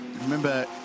Remember